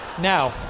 Now